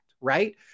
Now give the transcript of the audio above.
right